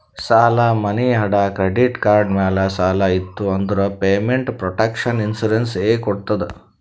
ಸಾಲಾ, ಮನಿ ಅಡಾ, ಕ್ರೆಡಿಟ್ ಕಾರ್ಡ್ ಮ್ಯಾಲ ಸಾಲ ಇತ್ತು ಅಂದುರ್ ಪೇಮೆಂಟ್ ಪ್ರೊಟೆಕ್ಷನ್ ಇನ್ಸೂರೆನ್ಸ್ ಎ ಕೊಡ್ತುದ್